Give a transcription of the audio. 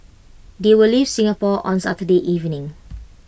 they will leave Singapore on Saturday evening